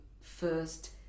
first